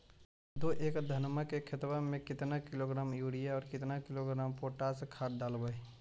दो एकड़ धनमा के खेतबा में केतना किलोग्राम युरिया और केतना किलोग्राम पोटास खाद डलबई?